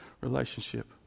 relationship